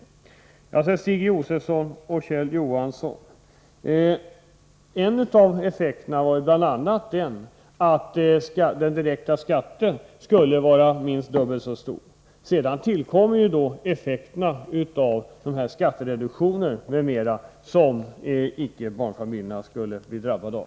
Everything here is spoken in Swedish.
En av effekterna, Stig Josefson och Kjell Johansson, var bl.a. att den direkta skatten skulle vara minst dubbelt så hög. Sedan tillkommer effekterna av skattereduktionen m.m., som familjer utan barn skulle drabbas av.